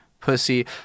Pussy